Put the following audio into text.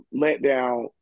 letdown